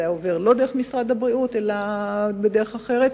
היה עובר לא דרך משרד הבריאות אלא בדרך אחרת,